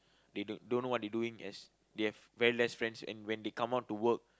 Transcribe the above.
they don't don't know what they doing as they have very less friends and when they come out to work